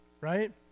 right